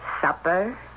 Supper